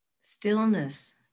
Stillness